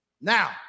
Now